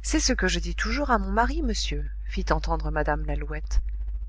c'est ce que je dis toujours à mon mari monsieur fit entendre mme lalouette